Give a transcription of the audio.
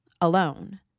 alone